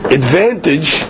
advantage